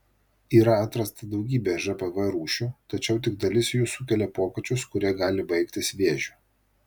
yra atrasta daugybė žpv rūšių tačiau tik dalis jų sukelia pokyčius kurie gali baigtis vėžiu